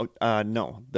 no